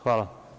Hvala.